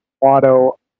auto